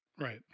Right